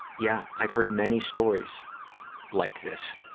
yeah, i've heard many stories like this,